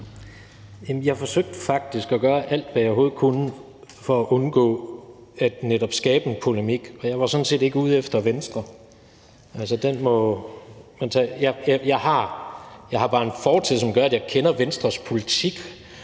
jeg forsøgte faktisk at gøre alt, hvad jeg overhovedet kunne, for at undgå netop at skabe en polemik. Jeg var sådan set ikke ude efter Venstre. Jeg har bare en fortid, som gør, at jeg kender Venstres politik